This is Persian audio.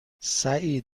سعید